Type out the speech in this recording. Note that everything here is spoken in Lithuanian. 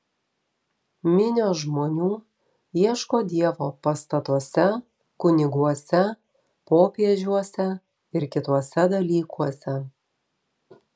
minios žmonių ieško dievo pastatuose kuniguose popiežiuose ir kituose dalykuose